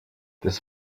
des